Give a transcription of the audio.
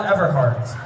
Everhart